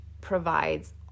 provides